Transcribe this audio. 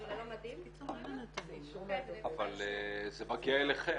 אני ללא מדים כרגע -- אבל זה מגיע אליכם.